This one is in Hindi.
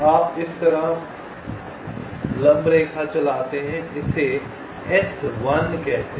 आप इस तरह लंब रेखा चलाते हैं इसे S1 कहते हैं